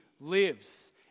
lives